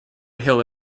hill